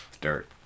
dirt